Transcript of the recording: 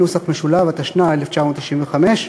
התשנ"ה 1995,